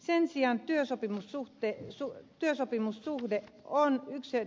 sen sijaan työsopimussuhde on yksityisoikeudellinen suhde